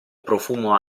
profumo